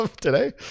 today